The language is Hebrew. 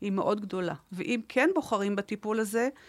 היא מאוד גדולה, ואם כן בוחרים בטיפול הזה